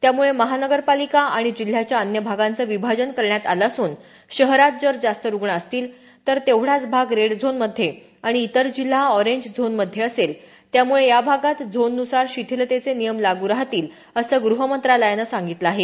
त्यामुळे महानगरपालिका आणि जिल्ह्याच्या अन्य भागांचं विभाजन करण्यात आलं असून शहरात जर जास्त रुग्ण असतील तर तेवढाच भाग रेड झोन मध्ये आणि इतर जिल्हा हा ऑरेंज झोन मध्ये असेल त्यामुळे या भागात झोन्नुसार शिथिलतेचे नियम लागू राहतील असं गृह मंत्रालयानं सांगितलं आहे